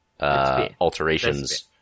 alterations